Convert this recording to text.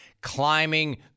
Climbing